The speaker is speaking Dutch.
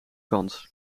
kans